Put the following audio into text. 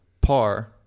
par